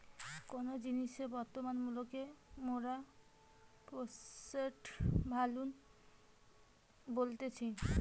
কোনো জিনিসের বর্তমান মূল্যকে মোরা প্রেসেন্ট ভ্যালু বলতেছি